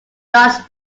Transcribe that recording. dutch